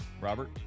Robert